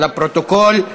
לפרוטוקול.